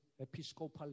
Episcopal